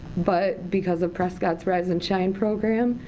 but because of prescott's rise and shine program,